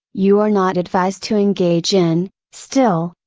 you are not advised to engage in, still,